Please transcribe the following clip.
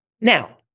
Now